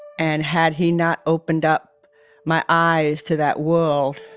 and had he not opened up my eyes to that world,